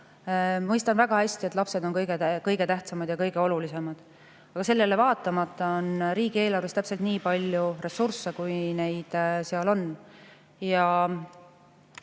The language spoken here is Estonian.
mõistan väga hästi, et lapsed on kõige tähtsamad, kõige olulisemad. Aga sellele vaatamata on riigieelarves täpselt nii palju ressursse, kui neid seal on.